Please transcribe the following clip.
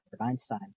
Einstein